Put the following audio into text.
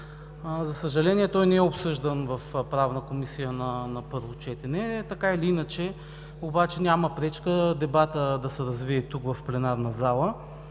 За съжаление, той не е обсъждан в Правната комисия на първо четене. Така или иначе обаче няма пречка дебатът да се развие в пленарната зала.